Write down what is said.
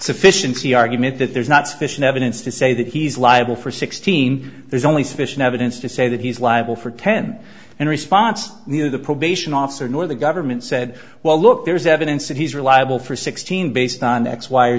sufficiency argument that there's not sufficient evidence to say that he's liable for sixteen there's only sufficient evidence to say that he's liable for ten in response near the probation officer nor the government said well look there's evidence that he's reliable for sixteen based on x y or